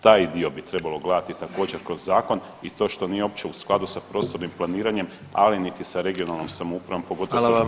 Taj dio bi trebalo gledati također, kroz zakon i to što nije uopće u skladu sa prostornim planiranjem, ali niti sa regionalnom samoupravom, pogotovo sa županijama.